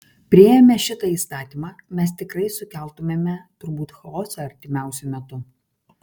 priėmę šitą įstatymą mes tikrai sukeltumėme turbūt chaosą artimiausiu metu